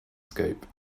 scope